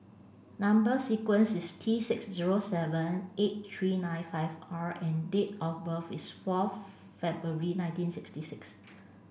number sequence is T six zero seven eight three nine five R and date of birth is forth February nineteen sixty six